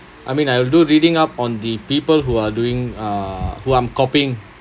I mean I'll do reading up on the people who are doing uh who I'm copying